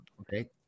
Okay